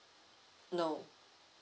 no